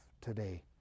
today